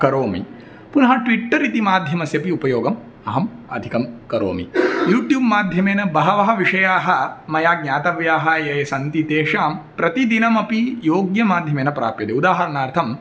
करोमि पुनः ट्विट्टर् इति माध्यमस्यापि उपयोगम् अहम् अधिकं करोमि यूट्यूब् माध्यमेन बहवः विषयाः मया ज्ञातव्याः ये सन्ति तेषां प्रतिदिनमपि योग्यमाध्यमेन प्राप्यते उदाहरणार्थम्